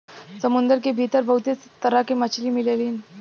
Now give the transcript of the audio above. समुंदर के भीतर बहुते तरह के मछली मिलेलीन